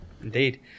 Indeed